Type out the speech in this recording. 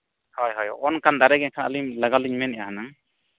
ᱦᱳᱭ ᱦᱳᱭ ᱚᱱᱠᱟᱱ ᱫᱟᱨᱮ ᱠᱷᱟᱱ ᱟᱹᱞᱤᱧ ᱞᱟᱜᱟᱣ ᱞᱤᱧ ᱢᱮᱱᱮᱜᱼᱟ ᱦᱩᱱᱟᱹᱝ